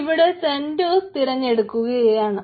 ഇവിടെ സെന്റ്ഓസ് തിരഞ്ഞെടുത്തിരിക്കുകയാണ്